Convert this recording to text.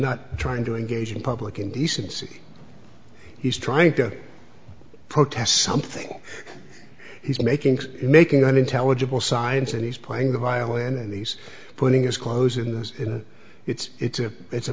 not trying to engage in public indecency he's trying to protest something he's making making unintelligible science and he's playing the violin and he's putting his clothes in it's it's a it's a